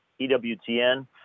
EWTN